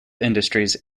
industries